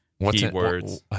keywords